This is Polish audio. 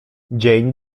dzień